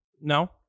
No